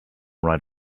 right